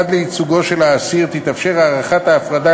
עד לייצוג של האסיר תתאפשר הארכת ההפרדה